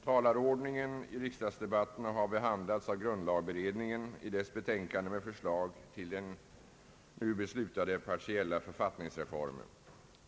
Talarordningen i riksdagsdebatterna har behandlats av grundlagberedningen i dess betänkande med förslag till den nu beslutade partiella författningsreformen.